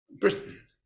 Britain